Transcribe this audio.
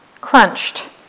crunched